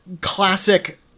classic